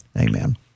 Amen